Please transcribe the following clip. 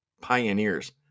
Pioneers